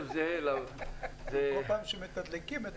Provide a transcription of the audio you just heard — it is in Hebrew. וכל פעם שמתדלקים.